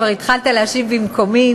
כבר התחלת להשיב במקומי,